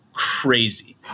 Crazy